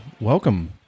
Welcome